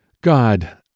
God